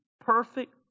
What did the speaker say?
perfect